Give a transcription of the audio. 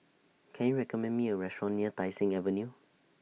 Can YOU recommend Me A Restaurant near Tai Seng Avenue